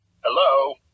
Hello